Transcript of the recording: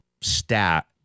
stat